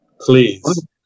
please